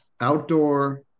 outdoor